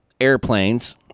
airplanes